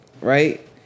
right